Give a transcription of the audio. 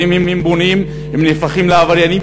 ואם הם בונים הם הופכים להיות עבריינים